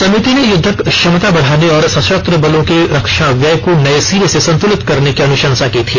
समिति ने युद्धक क्षमता बढाने और सशस्त्र बलों के रक्षा व्यय को नये सिरे से संतुलित करने की अनुशंसा की थी